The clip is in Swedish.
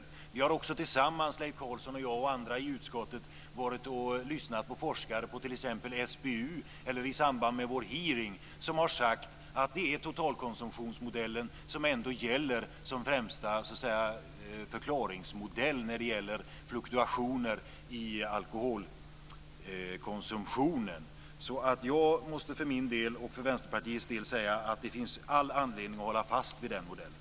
Leif Carlson och jag har tillsammans med andra i utskottet lyssnat på forskare på SBU eller i samband med vår hearing som har sagt att det är totalkonsumtionsmodellen som gäller som främsta förklaringsmodell när det gäller fluktuationer i alkoholkonsumtionen. Jag måste för min och Vänsterpartiets del säga att det finns all anledning att hålla fast vid den modellen.